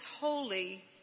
holy